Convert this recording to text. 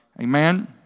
Amen